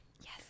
Yes